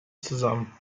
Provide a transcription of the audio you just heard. zusammen